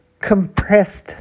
compressed